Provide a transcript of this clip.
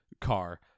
car